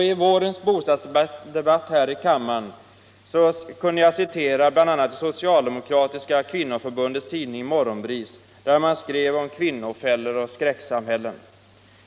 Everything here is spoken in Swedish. I vårens bostadspolitiska debatt i kammaren kunde jag citera bl.a. det socialdemokratiska kvinnoförbundets tidning Morgonbris, där man skrev om kvinnofällor och skräcksamhällen.